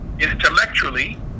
intellectually